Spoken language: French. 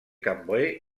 cambrai